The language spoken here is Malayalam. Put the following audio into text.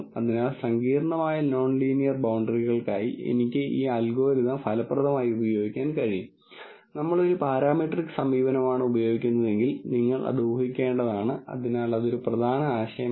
അതിനാൽ സങ്കീർണ്ണമായ നോൺ ലീനിയർ ബൌണ്ടറികൾക്കായി എനിക്ക് ഈ അൽഗോരിതം ഫലപ്രദമായി ഉപയോഗിക്കാൻ കഴിയും നമ്മൾ ഒരു പാരാമെട്രിക് സമീപനമാണ് ഉപയോഗിക്കുന്നതെങ്കിൽ നിങ്ങൾ അത് ഊഹിക്കേണ്ടതാണ് അതിനാൽ അതൊരു പ്രധാന ആശയമാണ്